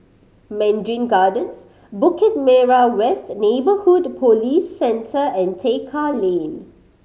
Mandarin Gardens Bukit Merah West Neighbourhood Police Centre and Tekka Lane